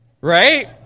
Right